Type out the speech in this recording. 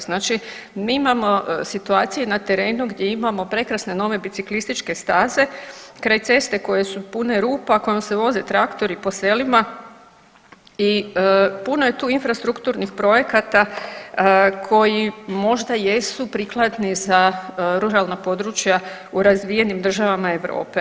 Znači mi imamo situacije na terenu gdje imamo prekrasne nove biciklističke staze kraj cesta koje su pune rupa, kojom se voze traktori po selima i puno je tu infrastrukturnih projekata koji možda jesu prikladni za ruralna područja u razvijenim državama Europe.